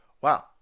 Wow